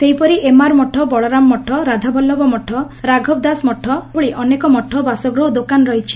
ସେହିପରି ଏମାର ମଠ ବଳରାମ ମଠ ରାଧାବଲ୍କଭ ମଠ ରାଘବଦାସ ମଠ ଭଳି ଅନେକ ମଠ ବାସଗୃହ ଓ ଦୋକାନ ରହିଛି